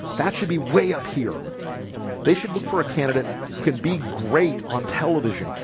that should be way up here they should look for a candidate who can be great on television.